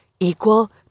equal